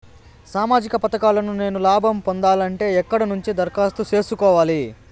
సామాజిక పథకాలను నేను లాభం పొందాలంటే ఎక్కడ నుంచి దరఖాస్తు సేసుకోవాలి?